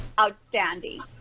outstanding